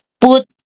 Put